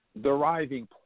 deriving